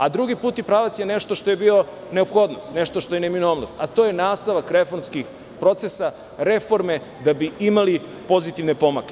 Drugi putni pravac je nešto što je bila neophodnost, nešto što je neminovnost, a to je nastavak reformskih procesa, reforme da bi imali pozitivne pomake.